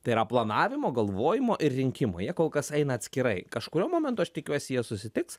tai yra planavimo galvojimo ir rinkimų jie kol kas eina atskirai kažkuriuo momentu aš tikiuosi jie susitiks